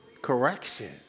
Correction